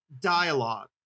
dialogue